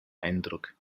eindruck